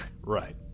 Right